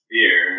Fear